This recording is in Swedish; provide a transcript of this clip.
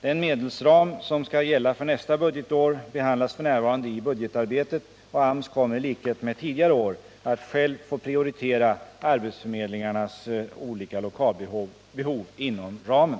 Den medelsram som skall gälla för nästa budgetår behandlas f.n. i budgetarbetet, och AMS kommer i likhet med tidigare år att själv få prioritera arbetsförmedlingarnas olika lokalbehov inom ramen.